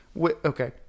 Okay